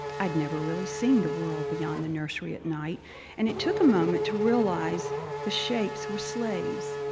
i'd never really seen the world beyond the nursery at night and it took a moment to realize the shapes were slaves,